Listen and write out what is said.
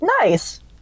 nice